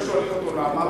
היו שואלים אותו למה,